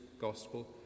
Gospel